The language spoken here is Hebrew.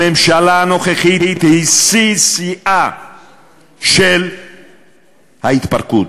הממשלה הנוכחית היא שיא-שיאה של ההתפרקות.